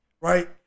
right